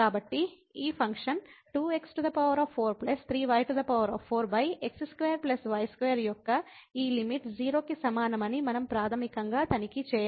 కాబట్టి ఈ function 2x4 3y4x2 y2 యొక్క ఈ లిమిట్ 0 కి సమానమని మనం ప్రాథమికంగా తనిఖీ చేయాలి